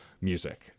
music